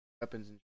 weapons